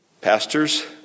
pastors